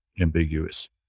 ambiguous